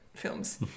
films